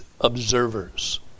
observers